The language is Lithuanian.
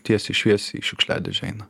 tiesiai šviesiai į šiukšliadėžę eina